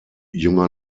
junger